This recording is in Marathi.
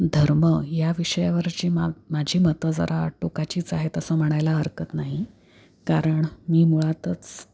धर्म या विषयावरची मा माझी मतं जरा टोकाचीच आहेत असं म्हणायला हरकत नाही कारण मी मुळातच